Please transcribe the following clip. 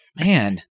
man